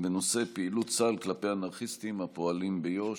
בנושא פעילות צה"ל כלפי אנרכיסטים הפועלים ביו"ש.